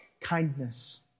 kindness